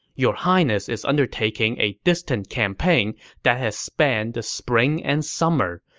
your highness is undertaking a distant campaign that has spanned the spring and summer.